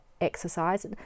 exercise